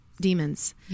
demons